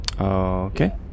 Okay